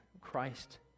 Christ